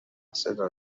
صدا